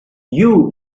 you